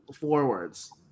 forwards